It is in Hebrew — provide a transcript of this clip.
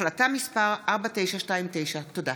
החלטה מס' 4929. תודה.